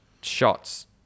shots